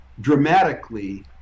dramatically